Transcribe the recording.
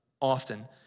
often